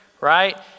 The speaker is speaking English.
right